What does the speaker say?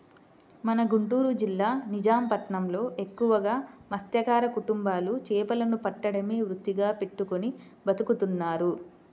మన గుంటూరు జిల్లా నిజాం పట్నంలో ఎక్కువగా మత్స్యకార కుటుంబాలు చేపలను పట్టడమే వృత్తిగా పెట్టుకుని బతుకుతున్నారు